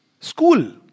School